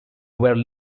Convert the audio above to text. were